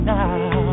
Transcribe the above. now